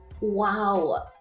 wow